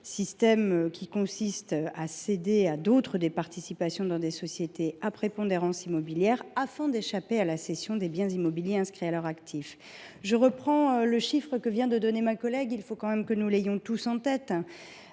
système consiste à céder à d’autres des participations dans des sociétés à prépondérance immobilière, afin d’échapper à la cession des biens immobiliers inscrits à leur actif. Je reprends le chiffre que vient de donner ma collègue, et que nous devons tous avoir en